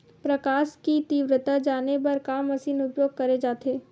प्रकाश कि तीव्रता जाने बर का मशीन उपयोग करे जाथे?